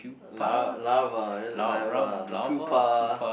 la~ larva like what the pupa